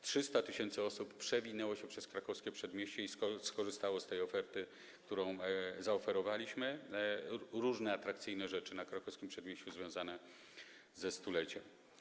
300 tys. osób przewinęło się przez Krakowskie Przedmieście i skorzystało z oferty, którą zaoferowaliśmy, tj. różnych atrakcyjnych rzeczy na Krakowskim Przedmieściu związanych ze 100-leciem.